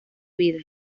vida